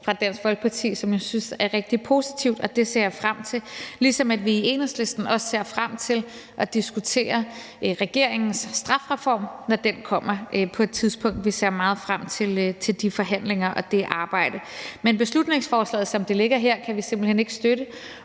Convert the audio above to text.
fra Dansk Folkeparti, som jeg synes er rigtig positivt, og det ser jeg frem til, ligesom vi i Enhedslisten også ser frem til at diskutere regeringens strafreform, når den kommer på et tidspunkt. Vi ser meget frem til de forhandlinger og det arbejde. Men beslutningsforslaget, som det ligger her, kan vi simpelt hen ikke støtte,